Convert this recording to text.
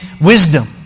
wisdom